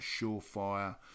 surefire